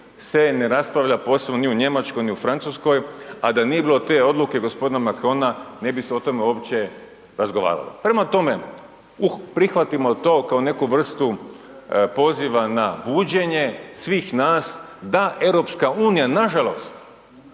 se ne raspravlja posebno ni u Njemačkoj ni u Francuskoj, a da nije bilo te odluke gospodina Macrona ne bi se o tome uopće razgovaralo. Prema tome, prihvatimo to kao neku vrstu poziva na buđenje svih nas da EU nažalost